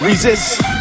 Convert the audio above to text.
Resist